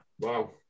wow